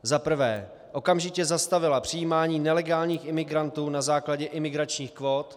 za prvé okamžitě zastavila přijímání nelegálních imigrantů na základě imigračních kvót;